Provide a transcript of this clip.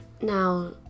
Now